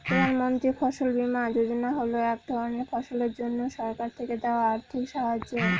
প্রধান মন্ত্রী ফসল বীমা যোজনা হল এক ধরনের ফসলের জন্যে সরকার থেকে দেওয়া আর্থিক সাহায্য